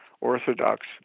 Orthodox